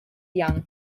young